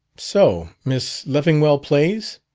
so miss leffingwell plays?